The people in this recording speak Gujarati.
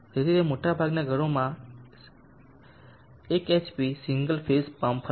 તેથી તે મોટાભાગનાં ઘરોમાં 1 hp સિંગલ ફેઝ પમ્પ હશે